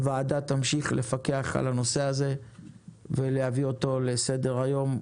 הוועדה תמשיך לפקח על הנושא הזה ולהביא אותו לסדר היום,